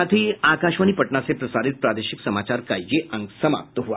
इसके साथ ही आकाशवाणी पटना से प्रसारित प्रादेशिक समाचार का ये अंक समाप्त हुआ